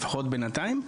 לפחות בינתיים,